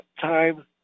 time